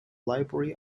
library